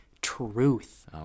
truth